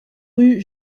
rue